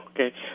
Okay